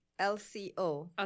LCO